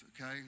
okay